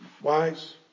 Wise